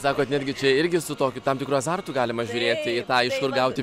sakot netgi čia irgi su tokiu tam tikru azartu galima žiūrėti į tą iš kur gauti